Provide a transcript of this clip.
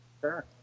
Sure